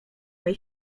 mej